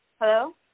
Hello